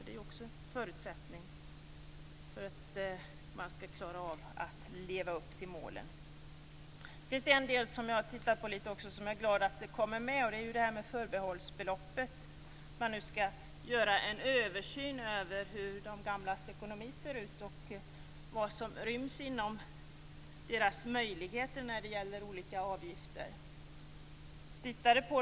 Det är en förutsättning för att man skall kunna leva upp till målen. Något som jag också är glad att man har tagit med gäller förbehållsbeloppet. Man skall nu göra en översyn av de gamlas ekonomi och vilka möjligheter de har att klara olika avgifter.